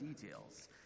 details